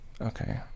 okay